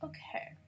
Okay